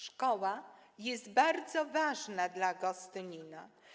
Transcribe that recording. Szkoła jest bardzo ważna dla Gostynina.